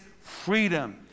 freedom